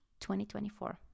2024